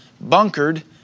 bunkered